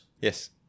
Yes